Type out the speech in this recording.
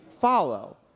follow